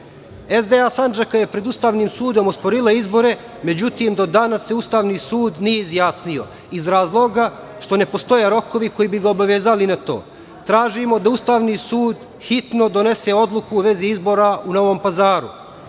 Sandžaka je pred Ustavnim sudom osporila izbore. Međutim, do danas se Ustavni sud nije izjasnio, iz razloga što ne postoje rokovi koji bi ga obavezali na to. Tražimo da Ustavni sud hitno donese odluku u vezi izbora u Novom